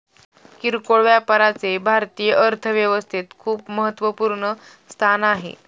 किरकोळ व्यापाराचे भारतीय अर्थव्यवस्थेत खूप महत्वपूर्ण स्थान आहे